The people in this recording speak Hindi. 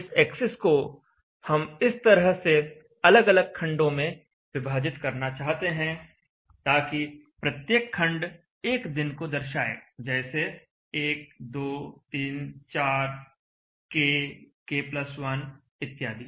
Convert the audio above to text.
इस एक्सिस को हम इस तरह से अलग अलग खंडों में विभाजित करना चाहते हैं ताकि प्रत्येक खंड एक दिन को दर्शाए जैसे 1 2 3 4 k k1 इत्यादि